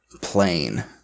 plain